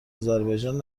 آذربایجان